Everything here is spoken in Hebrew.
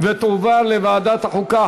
ותועבר לוועדת החוקה,